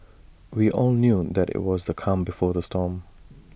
we all knew that IT was the calm before the storm